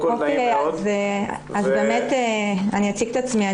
אני אציג את עצמי.